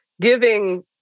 giving